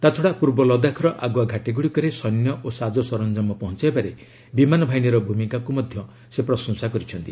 ତାଛଡ଼ା ପୂର୍ବ ଲଦାଖର ଆଗୁଆ ଘାଟିଗୁଡ଼ିକରେ ସୈନ୍ୟ ଓ ସାଜସରଞ୍ଜାମ ପହଞ୍ଚାଇବାରେ ବିମାନ ବାହିନୀର ଭୂମିକାକୁ ମଧ୍ୟ ସେ ପ୍ରଶଂସା କରିଛନ୍ତି